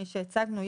מי שהצגנו,